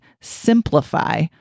simplify